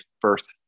first